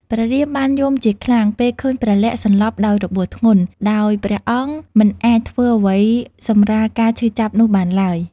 ព្រះរាមបានយំជាខ្លាំង ពេលឃើញព្រះលក្សណ៍សន្លប់ដោយរបួសធ្ងន់ ដោយព្រះអង្គមិនអាចធ្វើអ្វីសម្រាលការឈឺចាប់នោះបានឡើយ។